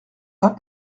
pas